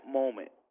moment